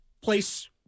place